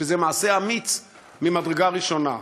וזה מעשה אמיץ ממדרגה ראשונה.